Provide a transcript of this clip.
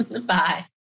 Bye